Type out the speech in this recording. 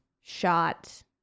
shot